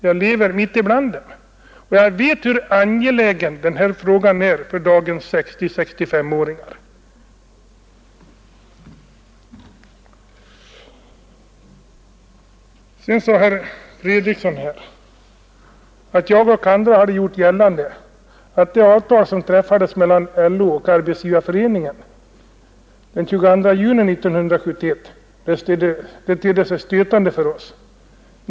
Jag lever mitt ibland dem och vet hur angelägen den här frågan är för dagens 60 och 65-åringar. Herr Fredriksson sade att jag och andra hade gjort gällande att det avtal som träffades mellan LO och Arbetsgivareföreningen den 22 juni 1971 tedde sig stötande för oss.